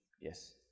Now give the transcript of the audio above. Yes